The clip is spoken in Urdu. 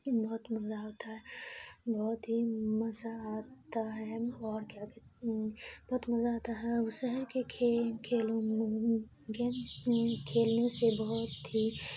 بہت مزہ ہوتا ہے بہت ہی مزہ آتا ہے اور کیا کہہ بہت مزہ آتا ہے اور وہ سہر کے کھیلوں گیم کھیلنے سے بہت ہی